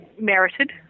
merited